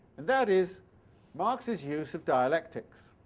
and that is marx's use of dialectics.